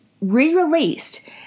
re-released